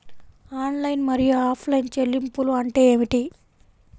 Online మరియు offline చెల్లింపులు అంటే ఏమిటి?